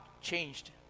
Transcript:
changed